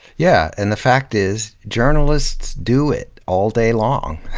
yeah. and the fact is, journalists do it all day long.